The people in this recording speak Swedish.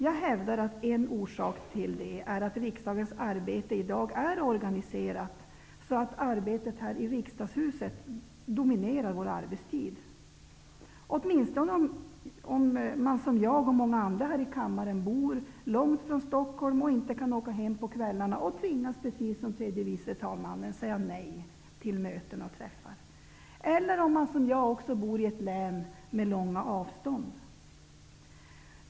Jag hävdar att en orsak till detta är att riksdagens arbete i dag är organiserat så att arbetet i riksdagshuset dominerar vår arbetstid. Det gäller åtminstone om man som jag och många andra här i kammaren bor långt från Stockholm och inte kan åka hem om kvällarna. Vi tvingas, precis som tredje vice talmannen, säga nej till möten och träffar. Det gäller också om man som jag bor i ett län med långa avstånd.